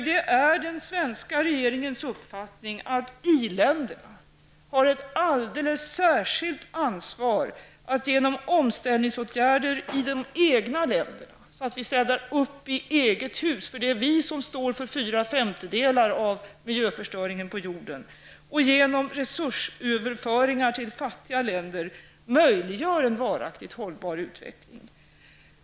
Det är den svenska regeringens uppfattning att i-länderna har ett alldeles särskilt ansvar att genom omställningsåtgärder i de egna länderna, så att vi städar upp i eget hus -- det är vi som står för fyra femte delar av miljöförstöringen på jorden -- och genom resursöverföringar till fattiga länder möjliggör en varaktigt hållbar utveckling.